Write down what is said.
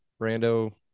Brando